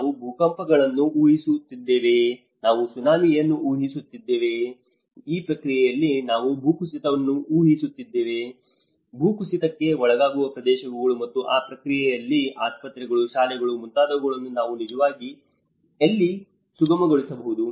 ನಾವು ಭೂಕಂಪಗಳನ್ನು ಊಹಿಸುತ್ತಿದ್ದೇವೆಯೇ ನಾವು ಸುನಾಮಿಯನ್ನು ಊಹಿಸುತ್ತಿದ್ದೇವೆಯೇ ಈ ಪ್ರಕ್ರಿಯೆಯಲ್ಲಿ ನಾವು ಭೂಕುಸಿತವನ್ನು ಊಹಿಸುತ್ತೇವೆಯೇ ಭೂಕುಸಿತಕ್ಕೆ ಒಳಗಾಗುವ ಪ್ರದೇಶಗಳು ಮತ್ತು ಆ ಪ್ರಕ್ರಿಯೆಯಲ್ಲಿ ಆಸ್ಪತ್ರೆಗಳು ಶಾಲೆಗಳು ಮುಂತಾದವುಗಳನ್ನು ನಾವು ನಿಜವಾಗಿ ಎಲ್ಲಿ ಸುಗಮಗೊಳಿಸಬಹುದು